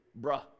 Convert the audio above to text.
bruh